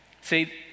See